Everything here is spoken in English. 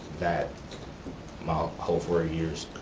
that my whole four ah years